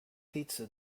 pizza